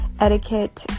etiquette